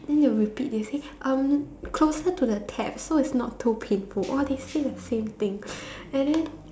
then they will repeat they will say um closer to the tap so it's not too painful !wah! they say the same thing and then